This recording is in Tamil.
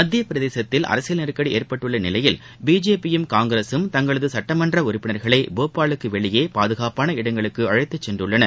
மத்தியப்பிரதேசத்தில் அரசியல் நெருக்கடி ஏற்பட்டுள்ள நிலையில் பிஜேபி யும் காங்கிரசும் தங்களது சுட்டமன்ற உறுப்பினர்களை போபாலுக்கு வெளியே பாதுகாப்பான இடங்களுக்கு அழைத்து சென்றுள்ளன